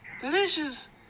Delicious